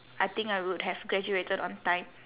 I think I would have graduated on time